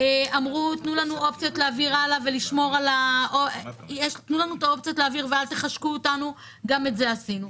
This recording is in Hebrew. אמרו תנו לנו אופציות להעביר הלאה ואל תחשקו אותנו - גם את זה עשינו.